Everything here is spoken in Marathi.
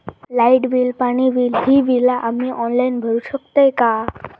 लाईट बिल, पाणी बिल, ही बिला आम्ही ऑनलाइन भरू शकतय का?